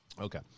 Okay